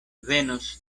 venos